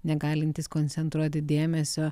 negalintys koncentruoti dėmesio